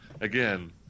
again